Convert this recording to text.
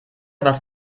was